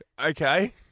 Okay